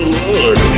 lord